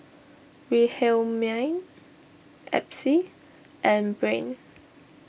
Wilhelmine Epsie and Breanne